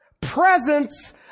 Presence